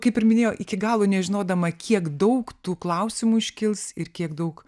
kaip ir minėjau iki galo nežinodama kiek daug tų klausimų iškils ir kiek daug